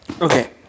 Okay